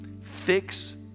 fix